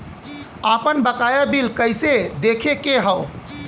आपन बकाया बिल कइसे देखे के हौ?